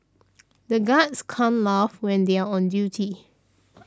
the guards can't laugh when they are on duty